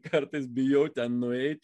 kartais bijau ten nueiti